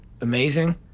amazing